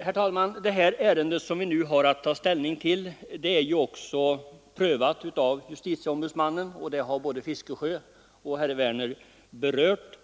Herr talman! Det ärende som vi nu har att ta ställning till är ju också prövat av justitieombudsmannen, vilket både herr Fiskesjö och herr Werner i Malmö har berört.